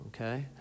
okay